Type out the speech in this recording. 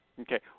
Okay